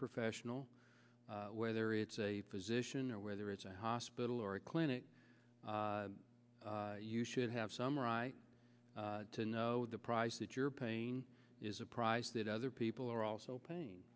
professional whether it's a physician or whether it's a hospital or a clinic you should have some right to know the price that your pain is a price that other people are also payin